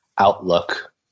outlook